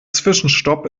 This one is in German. zwischenstopp